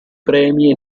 premi